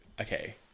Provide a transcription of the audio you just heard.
okay